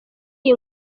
iyi